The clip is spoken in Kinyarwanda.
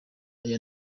aya